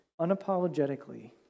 unapologetically